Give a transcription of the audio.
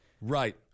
right